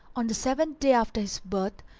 on the seventh day after his birth,